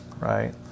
right